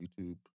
YouTube